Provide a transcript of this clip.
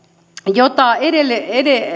jota